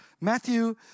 Matthew